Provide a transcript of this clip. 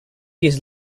years